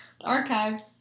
Archive